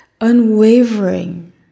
unwavering